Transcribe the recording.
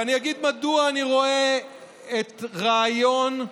אגיד מדוע אני רואה את רעיון חוק-יסוד: